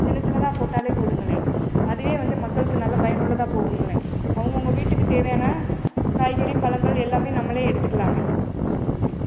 சின்னச் சின்னதாக போட்டால் போதுங்களே அதுவே வந்து மக்களுக்கு நல்ல பயனுள்ளதாக போகுங்களே அவங்க அவங்க வீட்டுக்கு தேவையான காய்கறி பழங்கள் எல்லாமே நம்மளே எடுத்துக்கலாமே நன்றி